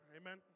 Amen